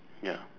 ya